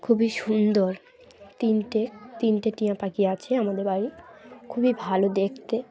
খুবই সুন্দর তিনটে তিনটে টিয়া পাখি আছে আমাদের বাড়ি খুবই ভালো দেখতে